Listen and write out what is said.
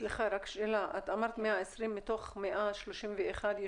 סליחה, רק שאלה, את אמרת 120 מתוך 131 ישובים.